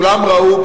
כולם ראו,